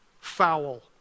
foul